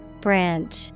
Branch